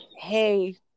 hey